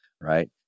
right